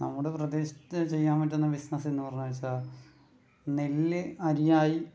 നമ്മുടെ പ്രദേശത്ത് ചെയ്യാൻ പറ്റുന്ന ബിസിനസ് എന്ന് പറഞ്ഞു വെച്ചാൽ നെല്ല് അരിയായി